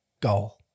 goal